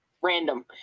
random